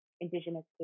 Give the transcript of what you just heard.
indigenous